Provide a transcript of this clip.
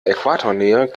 äquatornähe